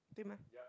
对吗